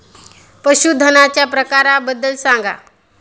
पशूधनाच्या प्रकारांबद्दल सांगा